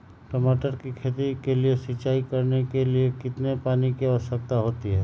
टमाटर की खेती के लिए सिंचाई करने के लिए कितने पानी की आवश्यकता होती है?